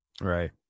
right